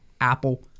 Apple